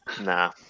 Nah